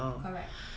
correct